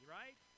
right